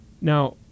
Now